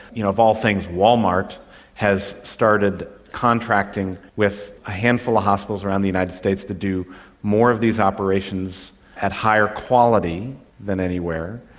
you know of all things walmart has started contracting with a handful of hospitals around the united states to do more of these operations at higher quality than anywhere,